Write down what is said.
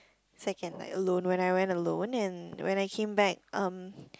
second like alone when I went alone and when I came back um